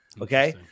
Okay